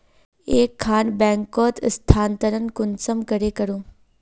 एक खान बैंकोत स्थानंतरण कुंसम करे करूम?